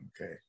Okay